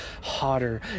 hotter